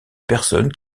personne